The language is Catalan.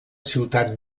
ciutat